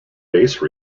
base